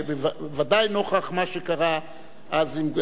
בוודאי נוכח מה שקרה אז.